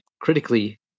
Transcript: critically